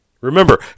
Remember